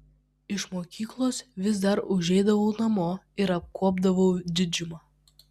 iš mokyklos vis dar užeidavau namo ir apkuopdavau didžiumą